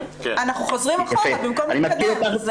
אנחנו חוזרים אחורה במקום להתקדם.